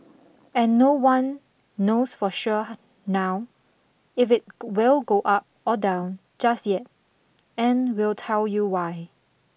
and no one knows for sure now if it will go up or down just yet and we'll tell you why